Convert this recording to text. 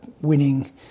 winning